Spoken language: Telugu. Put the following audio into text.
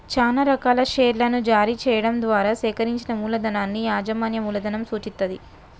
చానా రకాల షేర్లను జారీ చెయ్యడం ద్వారా సేకరించిన మూలధనాన్ని యాజమాన్య మూలధనం సూచిత్తది